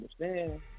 understand